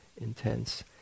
intense